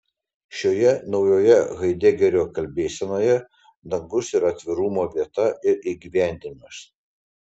šioje naujoje haidegerio kalbėsenoje dangus yra atvirumo vieta ir įgyvendinimas